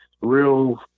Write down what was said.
real